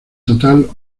total